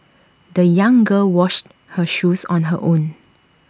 the young girl washed her shoes on her own